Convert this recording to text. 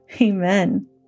Amen